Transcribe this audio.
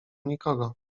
nikogo